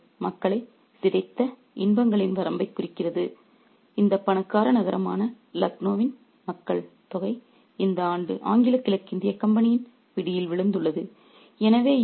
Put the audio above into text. chess விளையாட்டு என்பது மக்களைச் சிதைத்த இன்பங்களின் வரம்பைக் குறிக்கிறது இந்த பணக்கார நகரமான லக்னோவின் மக்கள் தொகை இது ஆங்கில கிழக்கிந்திய கம்பெனியின் பிடியில் விழுந்துள்ளது